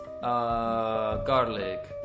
garlic